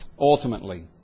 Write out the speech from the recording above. ultimately